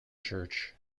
church